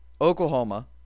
Oklahoma